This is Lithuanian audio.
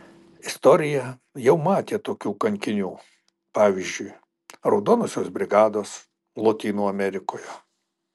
istorija jau matė tokių kankinių pavyzdžiui raudonosios brigados lotynų amerikoje